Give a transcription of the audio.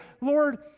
Lord